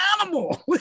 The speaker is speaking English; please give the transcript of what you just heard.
animal